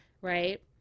right